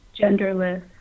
genderless